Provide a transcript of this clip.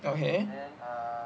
okay